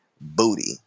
booty